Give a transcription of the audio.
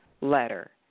letter